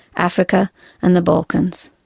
africa and the balkans.